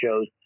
shows